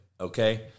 okay